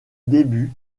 début